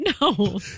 No